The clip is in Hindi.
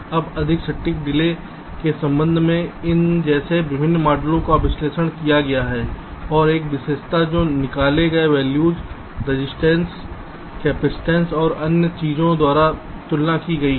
अब अधिक सटीक डिले के संबंध में इन जैसे विभिन्न मॉडलों का विश्लेषण किया गया है और एक विशेषता जो निकाले गए वैल्यूज रजिस्टेंस समाई और अन्य चीजों द्वारा तुलना की गई है